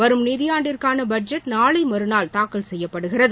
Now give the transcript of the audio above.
வரும் நிதியாண்டிற்கான பட்ஜெட் நாளை மறுநாள் தாக்கல் செய்யப்படுகிறது